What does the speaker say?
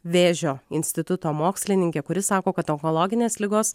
vėžio instituto mokslininkė kuri sako kad onkologinės ligos